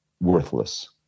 worthless